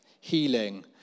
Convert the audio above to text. healing